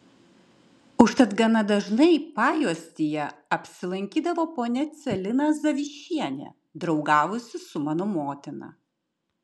užtat gana dažnai pajuostyje apsilankydavo ponia celina zavišienė draugavusi su mano motina